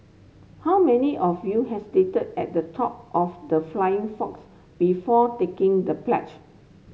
how many of you hesitated at the top of the flying fox before taking the plunge